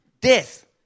death